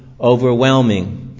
overwhelming